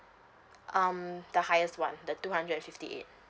um the highest one the two hundred and fifty eight